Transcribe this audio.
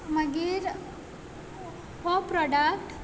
मागीर हो प्रोडक्ट